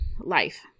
life